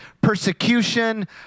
persecution